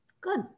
Good